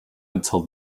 until